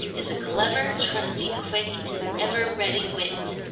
is a clever, trusty, quick and ever ready wit.